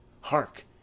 hark